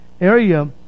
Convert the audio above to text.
area